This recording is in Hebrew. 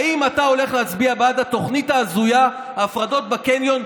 האם אתה הולך להצביע בעד התוכנית ההזויה להפרדות בקניון,